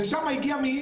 ושם הגיע מי?